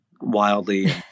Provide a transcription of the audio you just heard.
wildly